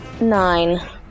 Nine